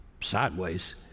sideways